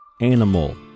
animal